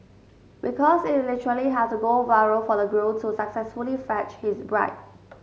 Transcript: because it literally had to go viral for the groom to successfully fetch his bride